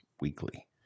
weekly